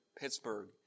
Pittsburgh